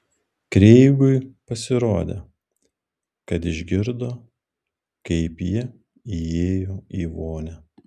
kreigui pasirodė kad išgirdo kaip ji įėjo į vonią